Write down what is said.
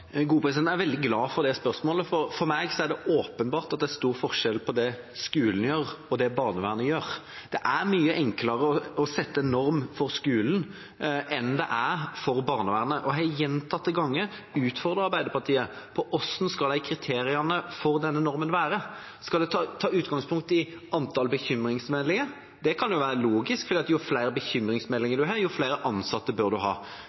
Jeg er veldig glad for det spørsmålet. For meg er det åpenbart at det er stor forskjell på det skolen gjør, og det barnevernet gjør. Det er mye enklere å sette en norm for skolen enn å sette en norm for barnevernet. Og jeg har gjentatte ganger utfordret Arbeiderpartiet: Hvordan skal kriteriene for denne normen være? Skal en ta utgangspunkt i antall bekymringsmeldinger? Det kan jo være logisk, for jo flere bekymringsmeldinger en har, jo flere ansatte bør en ha.